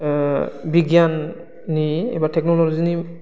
बिगियाननि एबा टेकनलजिनि